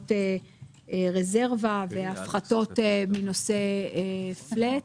תקנות רזרבה והפחתות מנושא פלט.